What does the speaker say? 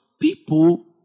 people